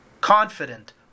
confident